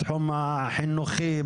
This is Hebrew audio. בתחום החינוכי,